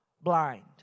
blind